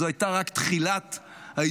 זו הייתה רק תחילת הידרדרות.